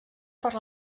per